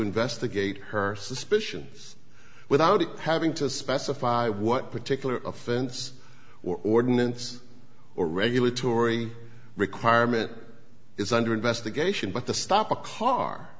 investigate her suspicions without having to specify what particular offense ordinance or regulatory requirement is under investigation but the stop a car